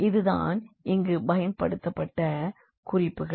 இது தான் இங்கு பயன்படுத்தப்பட்ட குறிப்புகள்